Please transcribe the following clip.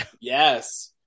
yes